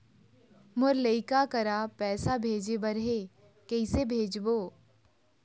मोर लइका करा पैसा भेजें बर हे, कइसे भेजबो?